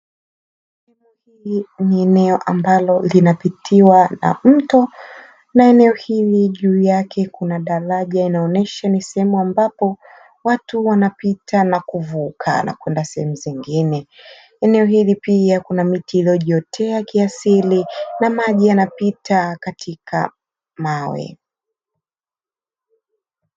Ni eneo ambalo linapitiwa na mto na eneo hili juu yake kuna daraja linaonesha ni sehemu ambapo, watu wanapita na kuvuka na kwenda sehemu zingine. Eneo hili pia kuna miti iliyojiotea ya kiasili na maji yanapita katika mawe.